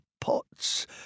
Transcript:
pots